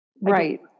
right